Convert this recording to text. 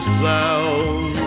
sound